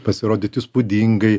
pasirodyt įspūdingai